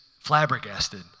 flabbergasted